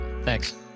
Thanks